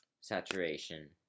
saturation